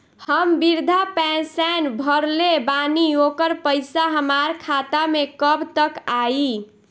हम विर्धा पैंसैन भरले बानी ओकर पईसा हमार खाता मे कब तक आई?